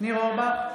ניר אורבך,